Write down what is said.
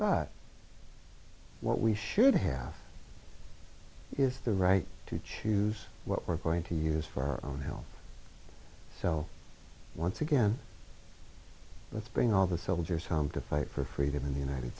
but what we should have is the right to choose what we're going to use for our own health so once again let's bring all the cells here some to fight for freedom in the united